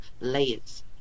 layers